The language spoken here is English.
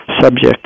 subject